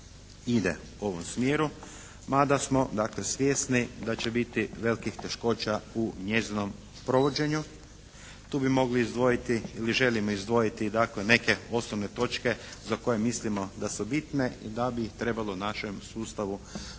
ide u ovom smjeru mada smo dakle svjesni da će biti velikih teškoća u njezinom provođenju. Tu bi mogli izdvojiti ili želimo izdvojiti dakle neke osnovne točke za koje mislimo da su bitne i da bi ih trebalo u našem sustavu